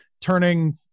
turning